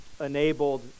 Enabled